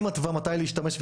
היא מתווה מתי להשתמש,